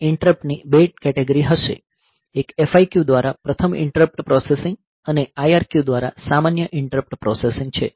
તેમાં ઇન્ટરપ્ટની બે કેટેગરી હશે એક FIQ દ્વારા પ્રથમ ઇન્ટરપ્ટ પ્રોસેસિંગ અને IRQ દ્વારા સામાન્ય ઇન્ટરપ્ટ પ્રોસેસિંગ છે